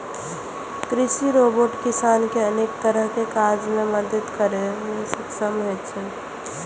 कृषि रोबोट किसान कें अनेक तरहक काज मे मदति करै मे सक्षम होइ छै